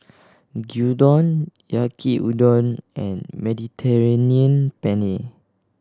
Gyudon Yaki Udon and Mediterranean Penne